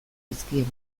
dizkiegu